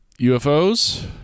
UFOs